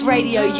Radio